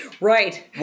right